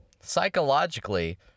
Psychologically